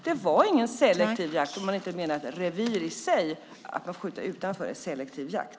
Det var ingen selektiv jakt - om man inte menar att skjuta utanför revir i sig är selektiv jakt.